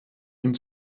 ihn